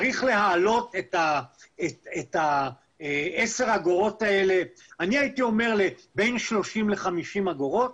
צריך להעלות את 10 האגורות האלה אני הייתי אומר בין 50-30 אגורות,